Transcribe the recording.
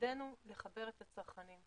תפקידנו לחבר את הצרכנים.